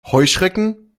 heuschrecken